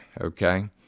okay